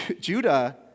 Judah